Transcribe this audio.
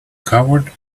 covered